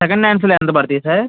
second హ్యాండ్స్లో ఎంత పడతాయి సార్